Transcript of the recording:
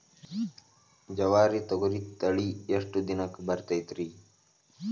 ಜವಾರಿ ತೊಗರಿ ತಳಿ ಎಷ್ಟ ದಿನಕ್ಕ ಬರತೈತ್ರಿ?